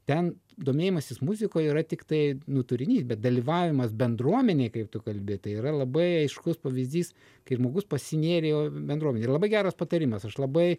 ten domėjimasis muzika yra tiktai nu turinys bet dalyvavimas bendruomenėj kaip tu kalbi tai yra labai aiškus pavyzdys kai žmogus pasinėrė bendruomenėj labai geras patarimas aš labai